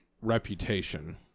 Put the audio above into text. reputation